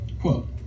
quote